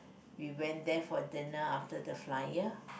we went there for dinner after the flyer